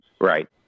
right